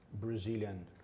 Brazilian